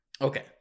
Okay